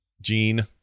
gene